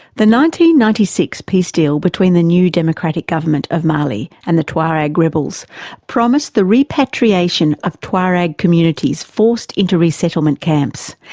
ninety ninety six peace deal between the new democratic government of mali and the tuareg rebels promised the repatriation of tuareg communities forced into resettlement camps,